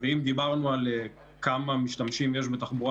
ואם דיברנו על כמה משתמשים יש בתחבורה